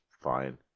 fine